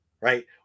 right